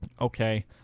Okay